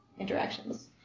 Interactions